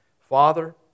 Father